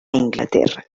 inglaterra